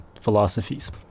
philosophies